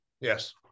Yes